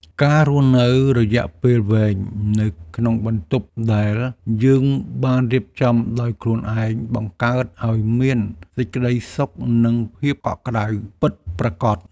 ការរស់នៅរយៈពេលវែងនៅក្នុងបន្ទប់ដែលយើងបានរៀបចំដោយខ្លួនឯងបង្កើតឱ្យមានសេចក្ដីសុខនិងភាពកក់ក្ដៅពិតប្រាកដ។